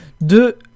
de